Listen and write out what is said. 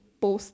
post